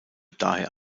daher